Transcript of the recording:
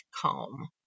calm